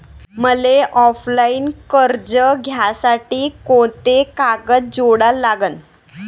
मले ऑफलाईन कर्ज घ्यासाठी कोंते कागद जोडा लागन?